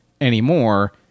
anymore